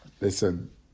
listen